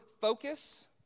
focus